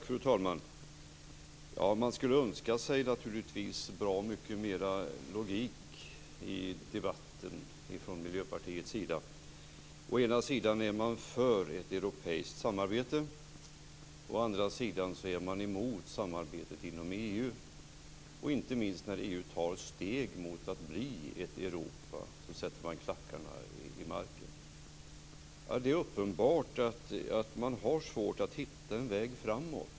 Fru talman! Man skulle önska sig naturligtvis bra mycket mer logik i debatten från Miljöpartiets sida. Å ena sidan är man för ett europeiskt samarbete, å andra sidan är man emot samarbetet inom EU. Inte minst när EU tar steg mot att bli ett Europa sätter man klackarna i marken. Det är uppenbart att man har svårt att hitta en väg framåt.